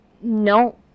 No